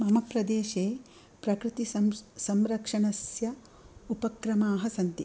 मम प्रदेशे प्रकृतिसंस् संरक्षणस्य उपक्रमाः सन्ति